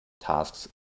tasks